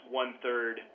one-third